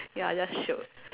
ya just shiok